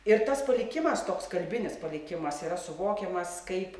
ir tas palikimas toks kalbinis palikimas yra suvokiamas kaip